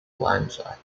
landslides